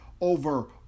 over